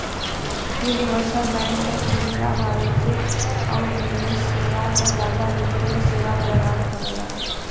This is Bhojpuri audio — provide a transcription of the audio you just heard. यूनिवर्सल बैंक में खुदरा वाणिज्यिक आउर निवेश सेवा क जादा वित्तीय सेवा प्रदान करला